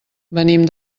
venim